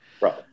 right